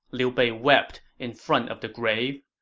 liu bei wept in front of the grave.